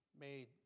made